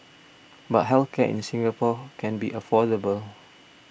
but health care in Singapore can be affordable